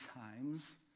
times